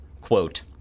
quote